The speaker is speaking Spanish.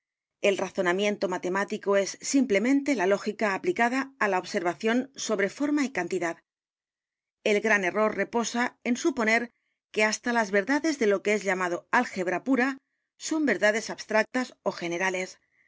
el razonamiento matemático es simplemente la lógica aplicada á la observación sobre forma y cantidad el gran error reposa en suponer que hasta las verdades de lo que es llamado álgebra pura son verdades abstractas ó generales